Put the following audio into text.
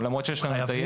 למרות שיש לנו את הידע.